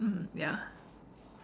mm ya